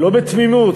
לא בתמימות,